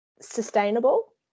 sustainable